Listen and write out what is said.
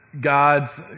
God's